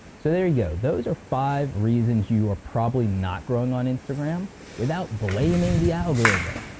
so there you go, those are five reasons you are probably not growing on instagram without blaming the algorithm.